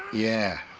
yeah,